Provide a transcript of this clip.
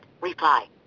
reply